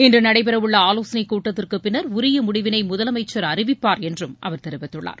இன்று நடைபெறவுள்ள ஆலோசனை கூட்டத்திற்கு பின்னர் உரிய முடிவினை முதலமைச்சர் அறிவிப்பார் என்றும் அவர் தெரிவித்துள்ளார்